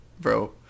bro